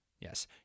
Yes